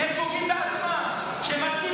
חבר הכנסת